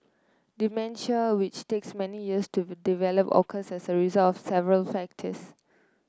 dementia which takes many years to develop occurs as a result of several factors